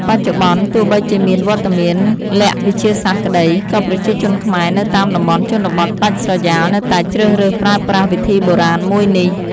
បច្ចុប្បន្នទោះបីជាមានវត្តមានល័ក្តវិទ្យាសាស្ត្រក្ដី ក៏ប្រជាជនខ្មែរនៅតាមតំបន់ជនបទដាច់ស្រយាលនៅតែជ្រើសរើសប្រើប្រាស់វិធីបុរាណមួយនេះ